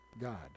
God